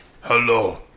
Hello